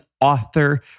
author